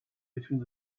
between